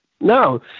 No